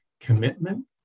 commitment